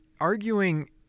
arguing